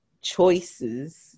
choices